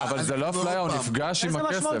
אבל זו לא אפליה, הוא נפגש עם הכסף.